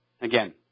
Again